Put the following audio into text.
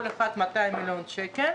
כל אחד 200 מיליון שקלים.